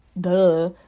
duh